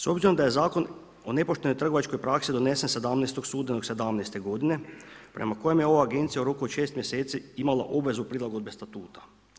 S obzirom da je zakon o nepoštenoj trgovačkoj praksi donesen 17. studenot '17. godine prema kojoj je ova agencija u roku od 6 mjeseci imala obvezu prilagodbe statuta.